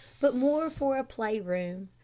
but more for a play-room.